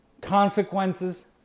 consequences